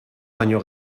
baino